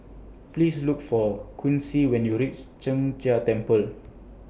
Please Look For Quincy when YOU REACH Sheng Jia Temple